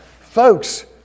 Folks